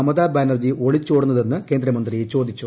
മമതാ ബാനർജി ഒളിച്ചോടുന്നതെന്ന് കേന്ദ്രമന്ത്രി ചോദിച്ചു